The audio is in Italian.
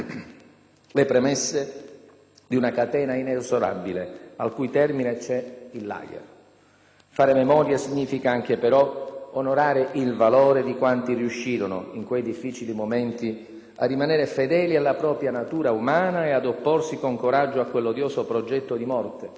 le premesse di una catena inesorabile, al cui termine c'è il *lager*. Fare memoria significa anche però onorare il valore di quanti riuscirono, in quei difficili momenti, a rimanere fedeli alla propria natura umana e ad opporsi con coraggio a quell'odioso progetto di morte,